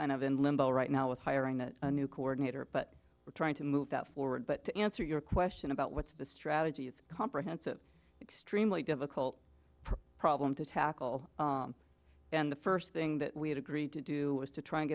kind of in limbo right now with hiring the new coordinator but we're trying to move that forward but to answer your question about what's the strategy it's a comprehensive extremely difficult problem to tackle and the first thing that we had agreed to do was to try and